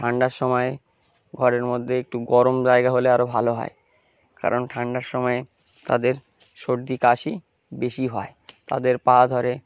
ঠান্ডার সময়ে ঘরের মধ্যে একটু গরম জায়গা হলে আরও ভালো হয় কারণ ঠান্ডার সময়ে তাদের সর্দি কাশি বেশি হয় তাদের পা ধরে